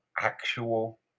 actual